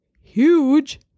huge